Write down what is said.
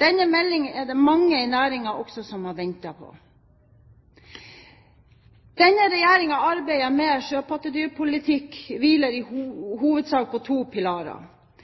Denne meldingen er det mange i næringen som også har ventet på. Denne regjeringens arbeid med sjøpattedyrpolitikk hviler i hovedsak på to pilarer: